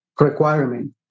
requirement